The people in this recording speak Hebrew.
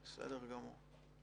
בסדר גמור.